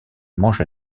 mangea